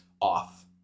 off